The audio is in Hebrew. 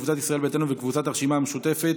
קבוצת ישראל ביתנו וקבוצת הרשימה המשותפת,